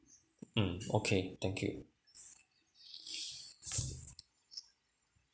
mm okay thank you